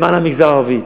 למען המגזר הערבי.